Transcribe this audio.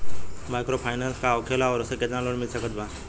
Microfinance का होखेला और ओसे केतना लोन मिल सकत बा?